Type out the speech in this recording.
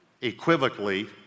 equivocally